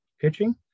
pitching